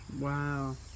Wow